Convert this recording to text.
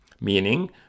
meaning